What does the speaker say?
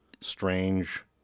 strange